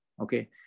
okay